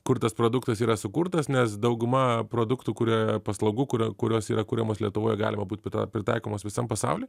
kur tas produktas yra sukurtas nes dauguma produktų kuria paslaugų kuria kurios yra kuriamos lietuvoj galima būt pritaikomos visam pasauly